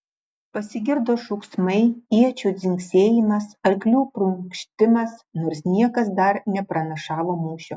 pasigirdo šūksmai iečių dzingsėjimas arklių prunkštimas nors niekas dar nepranašavo mūšio